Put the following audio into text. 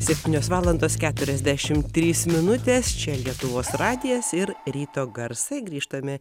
septynios valandos keturiasdešimt trys minutės čia lietuvos radijas ir ryto garsai grįžtame